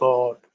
God